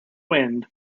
wind